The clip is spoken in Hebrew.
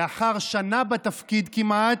לאחר שנה בתפקיד כמעט,